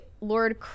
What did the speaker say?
Lord